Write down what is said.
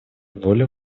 воля